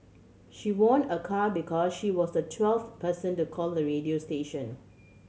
she won a car because she was the twelfth person to call the radio station